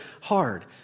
hard